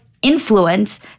Influence